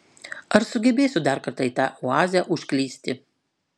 ar sugebėsiu dar kartą į tą oazę užklysti